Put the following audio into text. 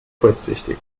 kurzsichtig